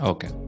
Okay